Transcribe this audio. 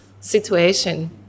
situation